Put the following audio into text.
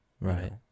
right